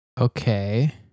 Okay